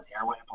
airway